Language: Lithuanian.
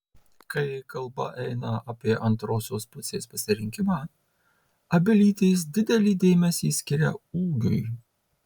kai kalba eina apie antrosios pusės pasirinkimą abi lytys didelį dėmesį skiria ūgiui